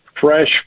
fresh